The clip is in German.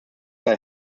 sei